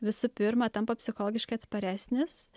visų pirma tampa psichologiškai atsparesnis